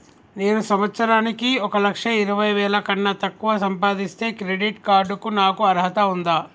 నేను సంవత్సరానికి ఒక లక్ష ఇరవై వేల కన్నా తక్కువ సంపాదిస్తే క్రెడిట్ కార్డ్ కు నాకు అర్హత ఉందా?